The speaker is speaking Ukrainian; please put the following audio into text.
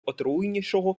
отруйнішого